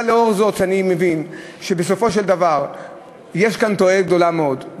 אבל לאור זאת שאני מבין שבסופו של דבר יש כאן תועלת גדולה מאוד,